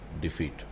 defeat